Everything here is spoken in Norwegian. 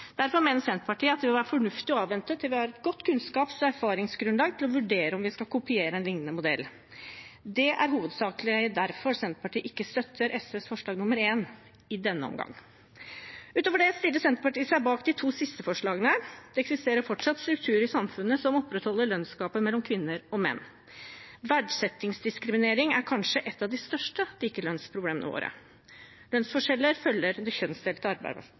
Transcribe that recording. Derfor mener Senterpartiet at det vil være fornuftig å avvente til vi har et godt kunnskaps- og erfaringsgrunnlag til å vurdere om vi skal kopiere en lignende modell. Det er hovedsakelig derfor Senterpartiet ikke støtter SVs forslag nr. 1 i representantforslaget i denne omgang. Utover det stiller Senterpartiet seg bak de to siste forslagene i representantforslaget. Det eksisterer fortsatt strukturer i samfunnet som opprettholder lønnsgapet mellom kvinner og menn. Verdsettingsdiskriminering er kanskje et av de største likelønnsproblemene våre. Lønnsforskjeller følger det kjønnsdelte